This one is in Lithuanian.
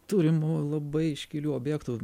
turim labai iškilių objektų